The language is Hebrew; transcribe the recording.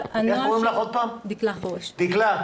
יש לך